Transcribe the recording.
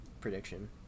prediction